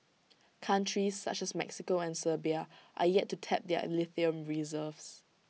countries such as Mexico and Serbia are yet to tap their lithium reserves